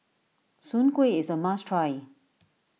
Soon Kueh is a must try